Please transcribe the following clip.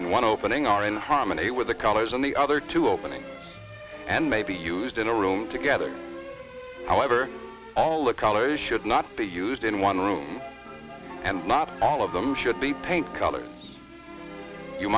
in one opening are in harmony with the colors on the other two openings and may be used in a room together however all the colors should not be used in one room and not all of them should be paint colors you